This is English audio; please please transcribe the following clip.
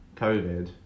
COVID